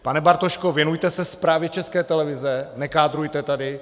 Pane Bartošku, věnujte se zprávě České televize, nekádrujte tady!